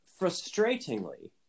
frustratingly